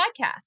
Podcast